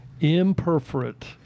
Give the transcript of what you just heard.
Imperforate